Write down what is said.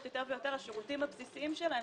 יותר ויותר השירותים הבסיסיים שלהם,